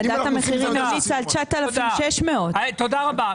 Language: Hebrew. תודה רבה.